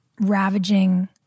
ravaging